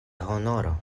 honoro